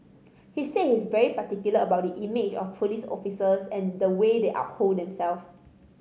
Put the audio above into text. he said he is very particular about the image of police officers and the way they uphold themselves